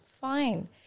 Fine